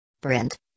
Print